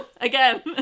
Again